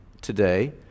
today